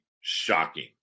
shocking